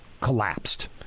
collapsed